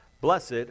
blessed